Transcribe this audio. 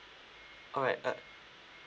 alright uh